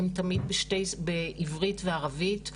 הם תמיד בעברית וערבית,